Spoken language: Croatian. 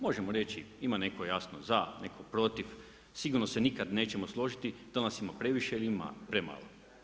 Možemo reći ima neko jasno za, neko protiv, sigurno se nikada nećemo složiti da nas ima previše ili ima premalo.